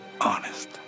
Honest